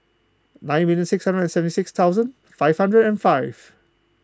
nine million six hundred and seventy six thousand five hundred and five